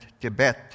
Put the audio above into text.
Tibet